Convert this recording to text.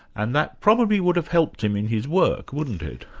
and that probably would have helped him in his work, wouldn't it?